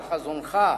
על חזונך,